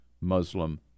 Muslim